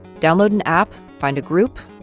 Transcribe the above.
download an app, find a group,